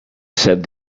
said